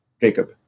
Jacob